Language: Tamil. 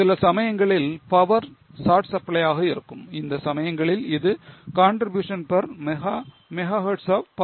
சில சமயங்களில் power short supply ஆக இருக்கும் இந்த சமயங்களில் இது contribution per mega megahertz of power